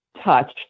touch